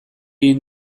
egin